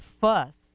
fuss